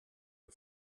der